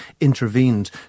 intervened